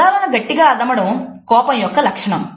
పెదాలను గట్టిగా అదమడం కోపం యొక్క లక్షణం